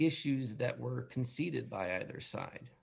issues that were conceded by either side